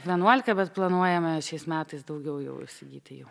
vienuolika bet planuojame šiais metais daugiau jau įsigyti jų